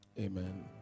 Amen